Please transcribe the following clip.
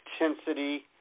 intensity